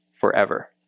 forever